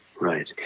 right